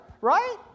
Right